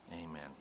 Amen